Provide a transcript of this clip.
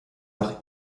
nach